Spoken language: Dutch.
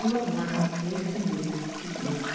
ondagmorgen uli tien uur